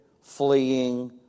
fleeing